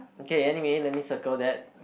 okay anyway let me circle that